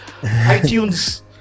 iTunes